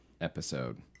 episode